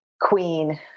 queen